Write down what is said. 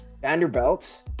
Vanderbilt